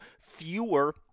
fewer